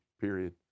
period